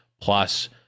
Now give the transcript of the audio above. plus